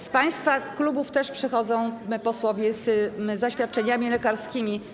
Z państwa klubów też przychodzą posłowie z zaświadczeniami lekarskimi.